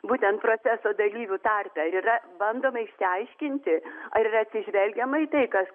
būtent proceso dalyvių tarpe ar yra bandoma išsiaiškinti ar yra atsižvelgiama į tai kas